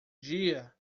dia